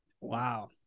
Wow